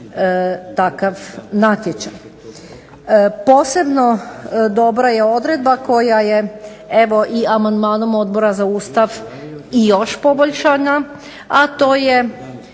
takav natječaj. Posebno dobra je odredba koja je amandmanom Odbora za Ustav još poboljšana a to je